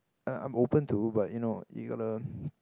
err I'm open too but you know you gotta